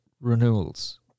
renewals